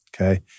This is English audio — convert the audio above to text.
Okay